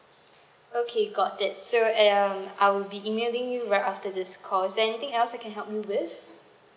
okay got it so yeah um I will be emailing you right after this call is there anything else I can help you with